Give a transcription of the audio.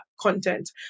content